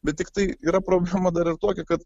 bet tiktai yra problema dar ir tokia kad